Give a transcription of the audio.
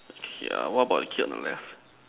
okay what about the kid on the left